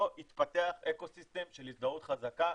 לא התפתח אקו-סיסטם של הזדהות החזקה,